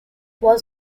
was